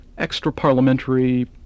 extra-parliamentary